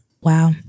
Wow